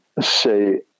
say